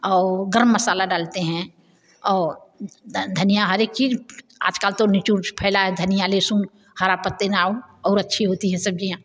और गर्म मसाला डालते हैं और धनिया हर एक चीज़ आज कल तो नीच ऊच फैला है धनिया लहसुन हरे पत्ते नाऊ और अच्छी होती है सब्ज़ियाँ